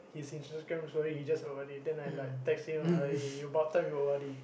his Instagram story he just O_R_D then I text him lah like about time you O_R_D